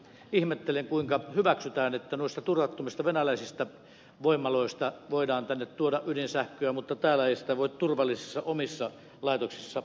ihmettelen kuinka hyväksytään että noista turvattomista venäläisistä voimaloista voidaan tänne tuoda ydinsähköä mutta täällä ei sitä voi turvallisissa omissa laitoksissa tehdä